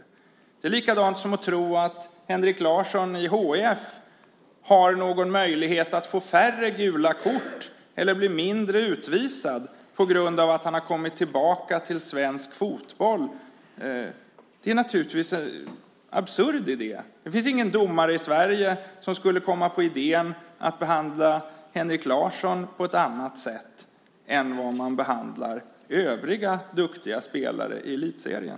Att tro det är likadant som att tro att Henrik Larsson i HIF har någon möjlighet att få färre gula kort eller bli mindre utvisad på grund av att han har kommit tillbaka till svensk fotboll. Det är en absurd idé. Det finns ingen domare i Sverige som skulle komma på idén att behandla Henrik Larsson på ett annat sätt än vad man behandlar övriga duktiga spelare i elitserien.